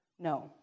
No